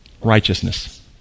righteousness